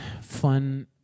fun